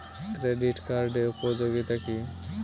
Credit কার্ডের উপযোগিতা কি?